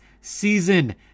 season